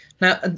Now